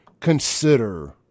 consider